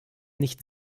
nicht